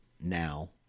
now